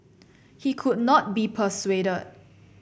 he could not be persuaded